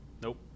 Nope